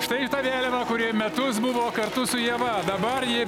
štai ta vėliava kuri metus buvo kartu su ieva dabar ji